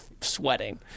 sweating